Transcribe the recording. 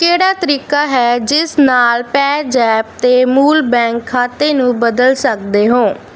ਕਿਹੜਾ ਤਰੀਕਾ ਹੈ ਜਿਸ ਨਾਲ ਪੇ ਜ਼ੈਪ 'ਤੇ ਮੂਲ ਬੈਂਕ ਖਾਤੇ ਨੂੰ ਬਦਲ ਸਕਦੇ ਹੈ